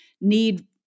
need